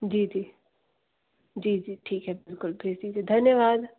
जी जी जी जी ठीक हैं बिल्कुल भेज दीजिए धन्यवाद